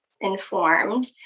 informed